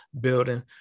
building